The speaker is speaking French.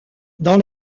dans